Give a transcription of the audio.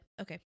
okay